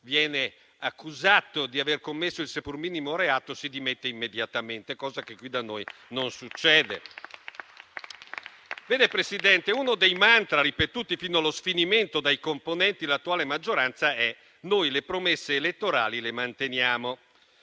viene accusato di aver commesso il seppur minimo reato, si dimette immediatamente, cosa che qui da noi non succede. Signora Presidente, uno dei mantra ripetuti fino allo sfinimento dai componenti dell'attuale maggioranza è il seguente: noi le promesse elettorali le manteniamo.